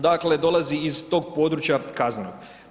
Dakle, dolazi iz tog područja kaznenog.